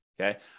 Okay